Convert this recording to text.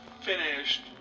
finished